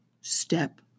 step